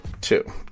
two